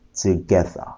together